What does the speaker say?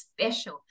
special